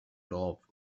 love